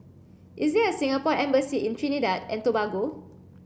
is there a Singapore embassy in Trinidad and Tobago